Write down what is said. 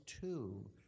two